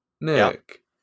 Nick